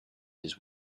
his